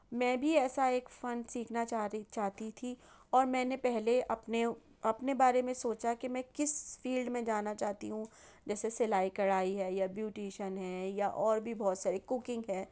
میں بھی ایسا ایک فن سیکھنا چاہ رہی چاہتی تھی اور میں نے پہلے اپنے اپنے بارے میں سوچا کہ میں کس فیلڈ میں جانا چاہتی ہوں جیسے سلائی کڑھائی ہے یا بیوٹیشن ہے یا اور بھی بہت سارے کوکنگ ہے